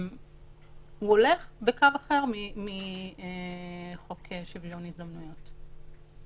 הוא הולך בקו אחר מחוק שוויון הזדמנויות.